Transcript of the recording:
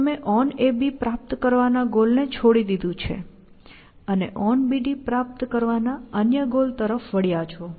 તમે onAB પ્રાપ્ત કરવાના ગોલને છોડી દીધું છે અને onBD પ્રાપ્ત કરવાના અન્ય ગોલ તરફ વળ્યા છો